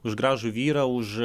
už gražų vyrą už